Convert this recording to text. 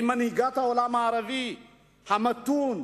שהיא מנהיגת העולם הערבי המתון.